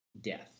death